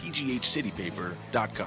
pghcitypaper.com